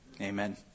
amen